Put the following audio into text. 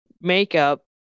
makeup